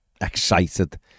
excited